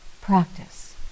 practice